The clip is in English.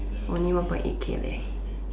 only one point eight K leh